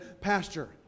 pasture